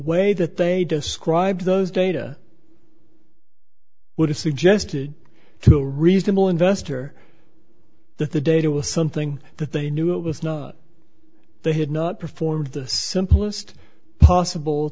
way that they described those data would have suggested to a reasonable investor that the data was something that they knew it was not they had not performed the simplest possible